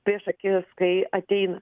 prieš akis kai ateina